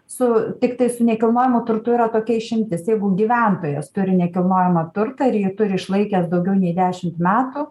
su tiktai su nekilnojamu turtu yra tokia išimtis jeigu gyventojas turi nekilnojamą turtą ir jį turi išlaikęs daugiau nei dešimt metų